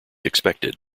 expected